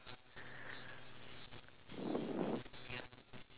help to buy and pay for them their gifts